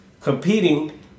competing